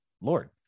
Lord